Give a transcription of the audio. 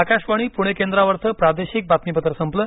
आकाशवाणी पुणे केंद्रावरचं प्रादेशिक बातमीपत्र संपलं